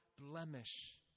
blemish